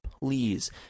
please